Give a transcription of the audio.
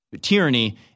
tyranny